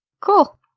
Cool